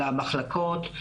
למחלקות.